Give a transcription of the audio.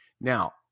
Now